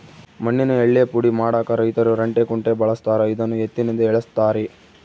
ಮಣ್ಣಿನ ಯಳ್ಳೇ ಪುಡಿ ಮಾಡಾಕ ರೈತರು ರಂಟೆ ಕುಂಟೆ ಬಳಸ್ತಾರ ಇದನ್ನು ಎತ್ತಿನಿಂದ ಎಳೆಸ್ತಾರೆ